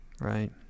right